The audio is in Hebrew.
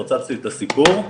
פוצצתי את הסיפור,